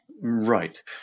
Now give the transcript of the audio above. Right